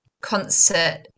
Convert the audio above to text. concert